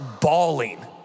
bawling